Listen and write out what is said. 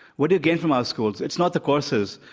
what do gain from our schools? it's not the courses.